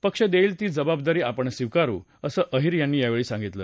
पक्ष देईल ती जबाबदारी आपण स्वीकारू असं अहिर यांनी सांगितलं